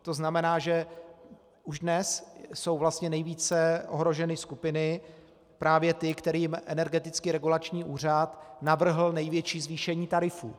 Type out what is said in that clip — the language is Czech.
To znamená, že už dnes jsou vlastně nejvíce ohroženy skupiny právě ty, kterým Energetický regulační úřad navrhl největší zvýšení tarifů.